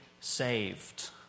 saved